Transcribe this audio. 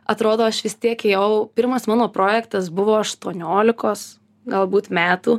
atrodo aš vis tiek jau pirmas mano projektas buvo aštuoniolikos galbūt metų